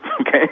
Okay